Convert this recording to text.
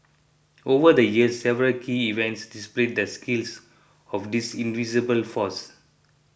over the years several key events displayed the skills of this invisible force